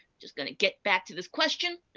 just gonna get back to this question.